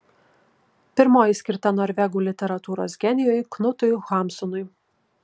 pirmoji skirta norvegų literatūros genijui knutui hamsunui